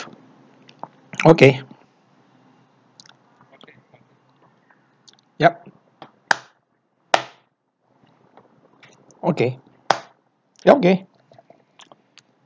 okay yup okay okay